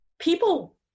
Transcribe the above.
people